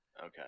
Okay